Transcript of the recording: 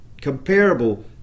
comparable